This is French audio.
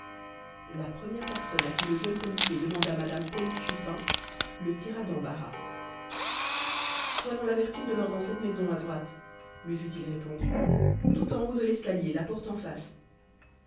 la première personne à qui le jeune policier demanda madame polyte chupin le tira d'embarras toinon la vertu demeure dans cette maison à droite lui fut-il répondu tout en haut de l'escalier la porte en face